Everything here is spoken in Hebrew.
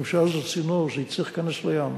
משום שאז הצינור הזה יצטרך להיכנס לים